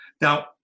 Now